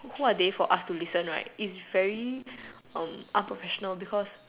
who are they for us to listen right it's very unprofessional because